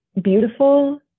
beautiful